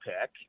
pick